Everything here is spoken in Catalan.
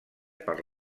per